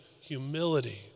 humility